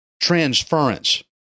transference